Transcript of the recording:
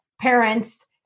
parents